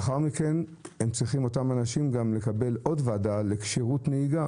לאחר מכן אותם אנשים צריכים ללכת לעוד ועדה לכשירות נהיגה